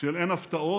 של "אין הפתעות"